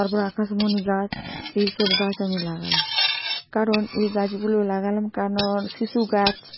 তারপর আকাশমনি গাছ এইসব গাছ আমি লাগালাম কারণ এই গাছগুলো লাগালাম কারণ শিশু গাছ